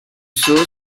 sceau